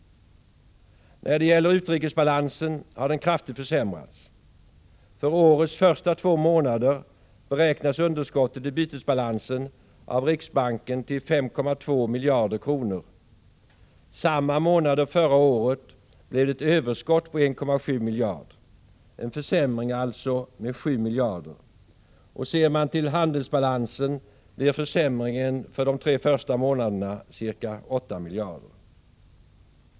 När det gäller utrikesbalansen är att märka att denna kraftigt försämrats. För årets två första månader beräknas underskottet i bytesbalansen av riksbanken till 5,2 miljarder kronor. Samma månader förra året blev det ett överskott på 1,7 miljarder — en försämring alltså med 7 miljarder. Ser man till handelsbalansen, finner man att det blir en försämring med ca 8 miljarder de tre första månaderna.